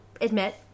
admit